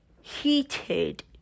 heated